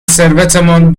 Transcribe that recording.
ثروتمندان